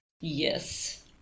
Yes